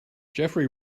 jeffery